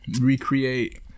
recreate